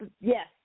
yes